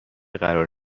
قرار